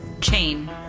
chain